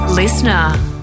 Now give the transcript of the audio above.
listener